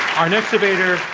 our next debater,